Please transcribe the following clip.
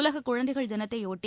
உலக குழந்தைகள் தினத்தை ஒட்டி